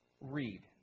read